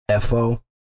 fo